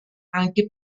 anche